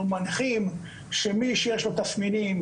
אנחנו מנחים שמי שיש לו תסמינים,